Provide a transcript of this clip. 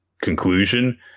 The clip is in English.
conclusion